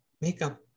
makeup